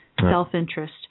self-interest